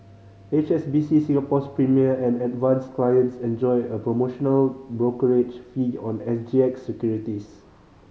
H S B C Singapore's Premier and Advance clients enjoy a promotional brokerage fee on S G X securities